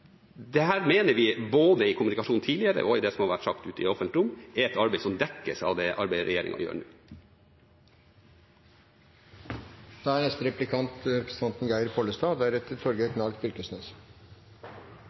mener vi, også både i kommunikasjonen tidligere og i det som har vært sagt ute i offentlig rom, er et arbeid som dekkes av det arbeidet regjeringen gjør nå. Et av de forslagene til vedtak som det er